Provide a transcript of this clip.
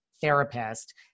therapist